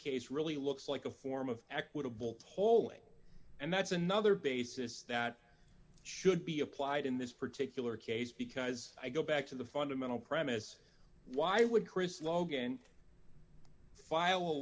case really looks like a form of equitable tolling and that's another basis that should be applied in this particular case because i go back to the fundamental premise why would chris logan file a